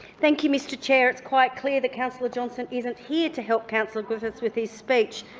thank you, mr chair. it's quite clear that councillor johnston isn't here to help councillor griffiths with his speech,